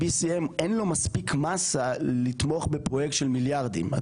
אין לו מספיק מסה לתמוך בפרויקט של מיליארדים.